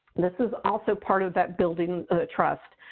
this is also part of that building trust.